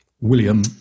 William